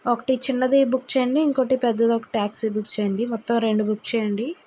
ఒకటి చిన్నది బుక్ చేయండి ఇంకోటి పెద్దదొక టాక్సీ బుక్ చేయండి మొత్తం రెండు బుక్ చేయండి